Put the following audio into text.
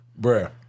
Bruh